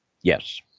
Yes